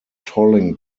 tolling